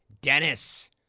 Dennis